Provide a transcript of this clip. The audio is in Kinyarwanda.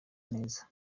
neza